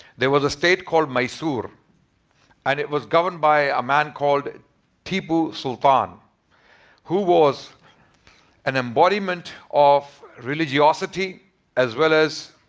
there was a state called mysore and it was governed by a man called tipu sultan who was an embodiment of religiosity as well as,